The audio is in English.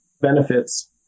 benefits